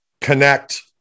connect